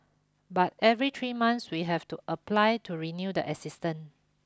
but every three months we have to apply to renew the assistant